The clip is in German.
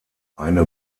eine